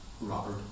Robert